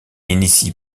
initie